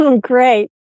Great